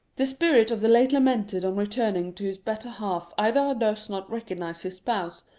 the spirit of the late lamented on returning to his better half either does not recognise his spouse,